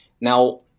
Now